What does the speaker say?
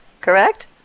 correct